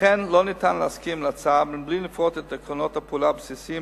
לכן אין אפשרות להסכים להצעה בלי לפרוץ את עקרונות הפעולה הבסיסיים